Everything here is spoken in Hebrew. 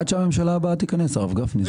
עד שהממשלה הבאה תיכנס, הרב גפני.